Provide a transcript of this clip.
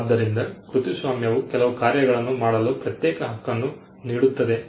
ಆದ್ದರಿಂದ ಕೃತಿಸ್ವಾಮ್ಯವು ಕೆಲವು ಕಾರ್ಯಗಳನ್ನು ಮಾಡಲು ಪ್ರತ್ಯೇಕ ಹಕ್ಕನ್ನು ನೀಡುತ್ತದೆ